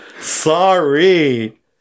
Sorry